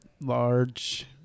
large